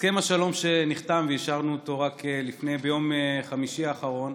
הסכם השלום שנחתם ואישרנו אותו רק ביום חמישי האחרון,